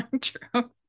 True